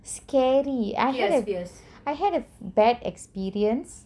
scary after I had a I had a bad experience